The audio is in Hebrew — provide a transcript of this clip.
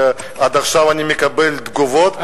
ועד עכשיו אני מקבל תגובות,